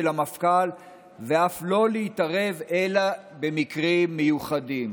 המפכ"ל ואף לא להתערב אלא במקרי מיוחדים".